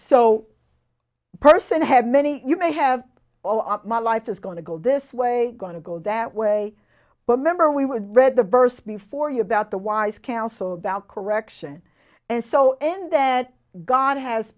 so person had many you may have all of my life is going to go this way going to go that way but remember we would read the verse before you about the wise counsel about correction and so and that god has